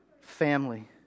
family